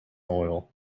oil